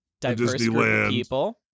Disneyland